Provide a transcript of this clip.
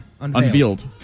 Unveiled